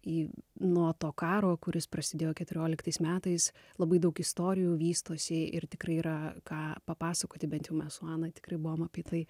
į nuo to karo kuris prasidėjo keturioliktais metais labai daug istorijų vystosi ir tikrai yra ką papasakoti bent jau mes su ana tikrai buvom apie tai